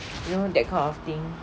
you know that kind of thing